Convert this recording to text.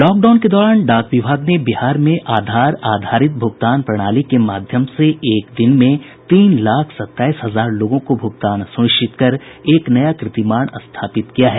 lockdown के दौरान डाक विभाग ने बिहार में आधार आधारित भुगतान प्रणाली के माध्यम से एक दिन में तीन लाख सत्ताईस हजार लोगों को भुगतान सुनिश्चित कर एक नया कीर्तिमान स्थापित किया है